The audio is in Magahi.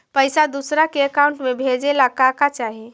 पैसा दूसरा के अकाउंट में भेजे ला का का चाही?